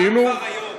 כאילו,